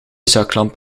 zaklamp